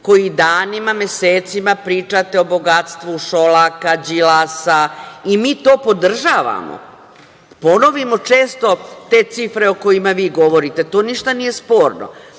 koji danima, mesecima pričate o bogatstvu Šolaka, Đilasa i mi to podržavamo, ponovimo često te cifre o kojima vi govorite, to ništa nije sporno.